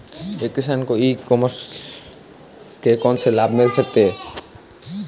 एक किसान को ई कॉमर्स के कौनसे लाभ मिल सकते हैं?